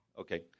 Okay